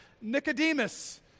Nicodemus